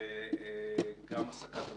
וגם הסקת המסקנות.